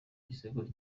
gisekuru